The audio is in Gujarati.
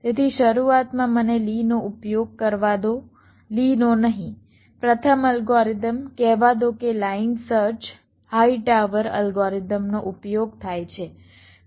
તેથી શરૂઆતમાં મને લી નો ઉપયોગ કરવા દો લી નો નહીં પ્રથમ અલ્ગોરિધમ કહેવા દો કે લાઇન સર્ચ હાઇટાવર અલ્ગોરિધમનો ઉપયોગ થાય છે